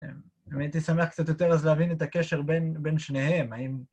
אם הייתי שמח קצת יותר אז להבין את הקשר בין שניהם, האם...